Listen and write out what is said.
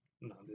No